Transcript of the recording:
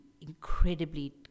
incredibly